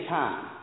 time